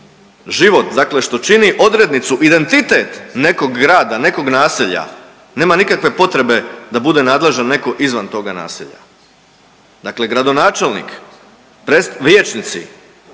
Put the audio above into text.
dakle što čini odrednicu, identitet nekog grada, nekog naselja nema nikakve potrebe da bude nadležan neko izvan toga naselja. Dakle, gradonačelnik, vijećnici